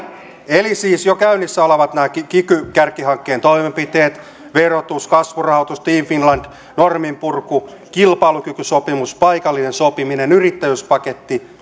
eli siis jo käynnissä ovat nämä kiky kiky kärkihankkeen toimenpiteet verotus kasvurahoitus team finland norminpurku kilpailukykysopimus paikallinen sopiminen yrittäjyyspaketti